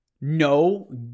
no